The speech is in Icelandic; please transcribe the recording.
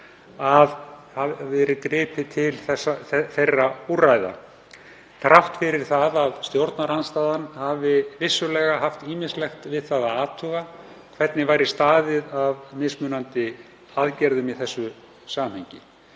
hafi verið til þeirra úrræða þrátt fyrir að stjórnarandstaðan hafi vissulega haft ýmislegt við það að athuga hvernig staðið væri að mismunandi aðgerðum í þessu samhengi.